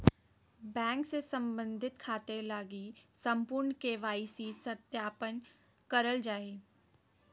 bank से संबंधित खाते लगी संपूर्ण के.वाई.सी सत्यापन करल जा हइ